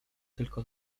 tylko